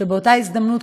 באותה הזדמנות,